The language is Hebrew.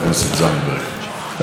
לא חשבתי לעלות,